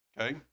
Okay